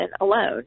alone